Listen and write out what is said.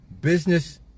business